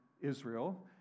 Israel